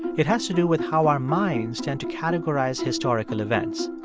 it has to do with how our minds tend to categorize historical events.